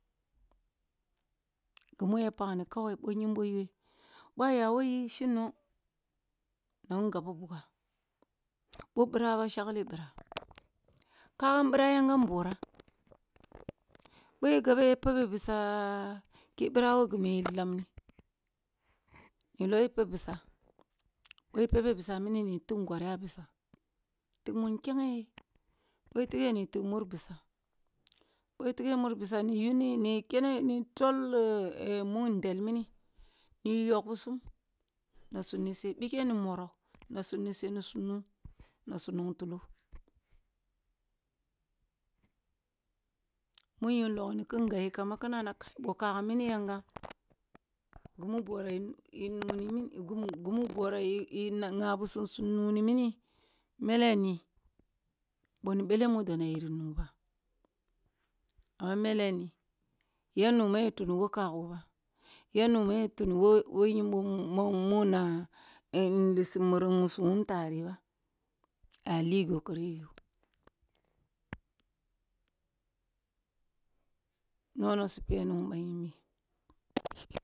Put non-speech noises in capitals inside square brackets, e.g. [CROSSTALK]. Gumu ya pakni kawai boh nyin boy awe boh aya who yi shindong na ngabbuga boh birah ba shagle bira wa. Kagan bira yankam bora boh igabe pabbe bizah ki birah wob gimi yi lamni ni loghe pebh bizah boh ipabe bizah mini n iyi tigh ngori a bizah tigh mun kenghe ye boh itighe na yi tiigh mur bizah boh itighe mur bizah na iyuni n iyi kene na yi tol [HESITATION] mun ndel mini ni yoghbisum na su niseh bijeh ni morogh na su niseh na su nuah na su nong tulo. Mun yun loghni kin gabyi kamba ki nna na kai boh kagam mini yankam gummu borah yin ugh ni gummu borah yi nnghabisum su nuni mini mele ni bih ni bele mud oni yoro nugh ba. Amma mele ni ya nugh ya tunno who kaggo ba, ya nugh ya tuno who nyinboh mu na in lissi mereng musuwun tarehh ba, aya li gyo kareh yogh nonoh su peni bah nyinbi